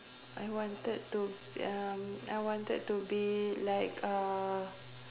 I wanted to uh I wanted to be like uh